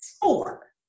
four